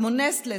כמו נסטלה,